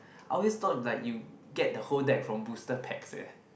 I always thought like you get the whole deck from booster packs eh